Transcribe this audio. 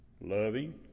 loving